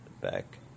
back